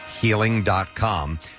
healing.com